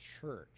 church